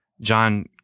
John